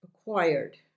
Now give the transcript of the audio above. acquired